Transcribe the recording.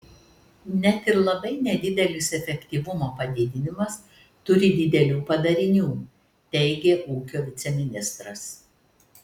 net ir labai nedidelis efektyvumo padidinimas turi didelių padarinių teigė ūkio viceministras